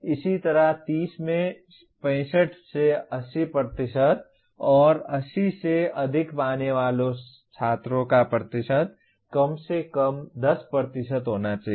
इसी तरह 30 में 65 से 80 और 80 से अधिक पाने वाले छात्रों का प्रतिशत कम से कम 10 होना चाहिए